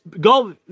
go